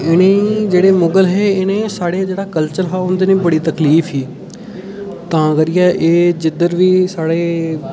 इ'नेंई जेह्ड़े मुगल हे इ'नें ई साढ़े जेह्ड़ा कल्चर हा उंदे नै बड़ी तकलीफ ही तां करियै एह् जिद्धर बी साढ़े